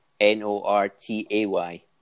N-O-R-T-A-Y